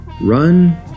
run